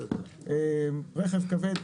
רכב כבד,